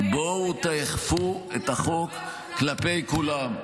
בואו תאכפו את החוק כלפי כולם.